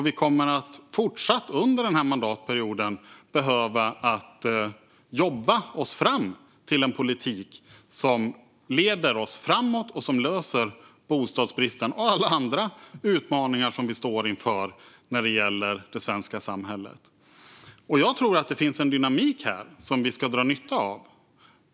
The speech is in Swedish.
Vi kommer att i fortsättningen under mandatperioden att behöva jobba oss fram till en politik som leder oss framåt och som löser bostadsbristen och alla andra utmaningar som vi står inför i det svenska samhället. Jag tror att det finns en dynamik här som vi ska dra nytta av.